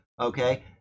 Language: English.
okay